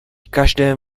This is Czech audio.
každém